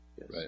right